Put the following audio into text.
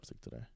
today